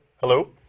Hello